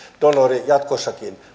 donori jatkossakin